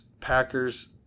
Packers